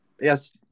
Yes